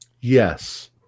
Yes